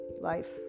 life